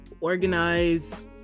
organize